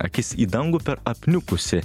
akis į dangų per apniukusį